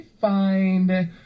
find